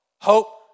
Hope